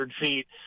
feet